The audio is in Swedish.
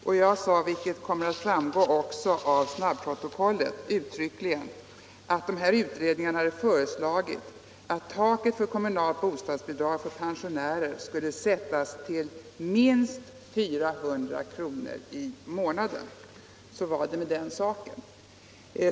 Jag sade uttryckligen, vilket också kommer att framgå av snabbprotokollet, att de här utredningarna har föreslagit att taket för kommunalt bostadsbidrag för pensionärer skulle sättas till minst 400 kr. i månaden. Så var det med den saken.